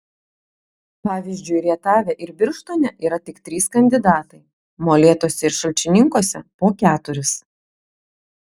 pavyzdžiui rietave ir birštone yra tik trys kandidatai molėtuose ir šalčininkuose po keturis